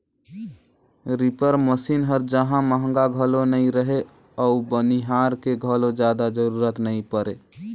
reaper machine हर जहां महंगा घलो नई रहें अउ बनिहार के घलो जादा जरूरत नई परे